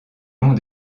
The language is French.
long